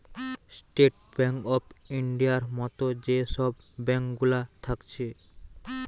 state bank of ইন্ডিয়ার মত যে সব ব্যাঙ্ক গুলা থাকছে